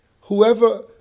Whoever